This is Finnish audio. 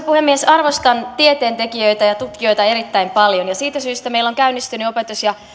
puhemies arvostan tieteentekijöitä ja tutkijoita erittäin paljon siitä syystä meillä on käynnistynyt opetus ja